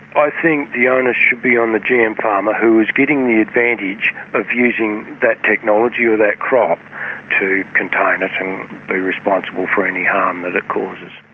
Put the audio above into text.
i think the onus should be on the gm farmer who is getting the advantage of using that technology or that crop to contain it and be responsible for any harm that it causes.